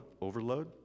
overload